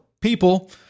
people